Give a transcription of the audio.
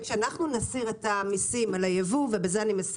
באיזה קריטריונים,